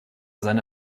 seine